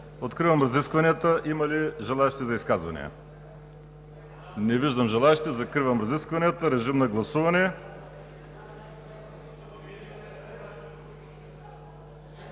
Откривам разискванията. Има ли изказвания? Не виждам желаещи. Закривам разискванията. Режим на гласуване.